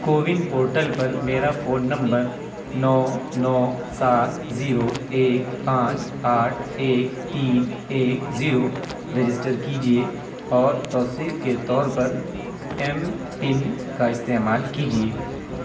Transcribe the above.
CoWIN portal پر میرا phone number نو نو سات زیرو ایک پانچ آٹھ ایک تین ایک زیرو رجسٹر کیجیے اور توثیق کے طور پر ایم پن کا استعمال کیجیے